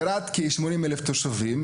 ברהט יש כ-80 אלף תושבים.